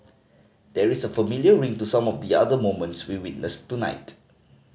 there is a familiar ring to some of the other moments we witnessed tonight